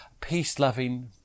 peace-loving